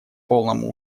полному